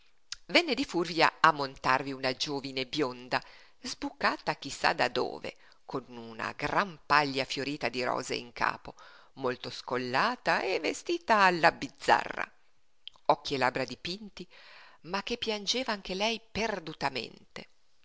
venne di furia a montarvi una giovine bionda sbucata chi sa da dove con una gran paglia fiorita di rose in capo molto scollata e vestita alla bizzarra occhi e labbra dipinti ma che piangeva anche lei perdutamente